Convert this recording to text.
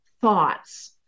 thoughts